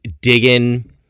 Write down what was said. digging